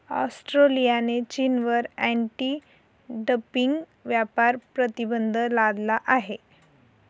ऑस्ट्रेलियाने चीनवर anti dumping व्यापार प्रतिबंध लादला आहे